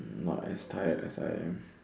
not as tired as I am